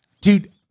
Dude